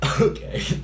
Okay